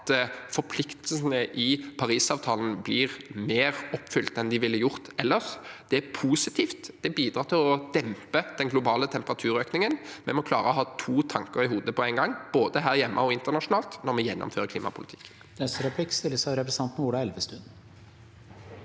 at forpliktelsene i Parisavtalen blir mer oppfylt enn de ville blitt ellers, er positivt. Det bidrar til å dempe den globale temperaturøkningen. Vi må klare å ha to tanker i hodet på en gang, både her hjemme og internasjonalt, når vi gjennomfører klimapolitikken.